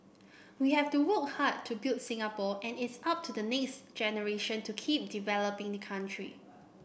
we have to worked hard to build up Singapore and it's up to the next generation to keep developing the country